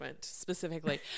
specifically